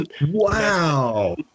Wow